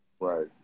right